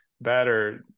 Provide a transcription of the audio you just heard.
better